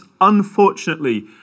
unfortunately